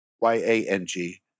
Y-A-N-G